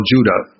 Judah